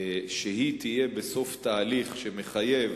שתהיה בסוף תהליך שמחייב